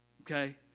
okay